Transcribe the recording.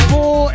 Four